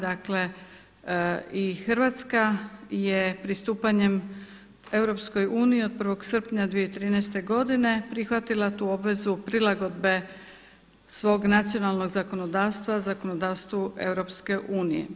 Dakle i Hrvatska je pristupanjem EU od 1. srpnja 2013. godine prihvatila tu obvezu prilagodbe svog nacionalnog zakonodavstva zakonodavstvu EU.